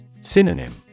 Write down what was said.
Synonym